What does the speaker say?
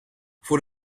voor